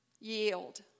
Yield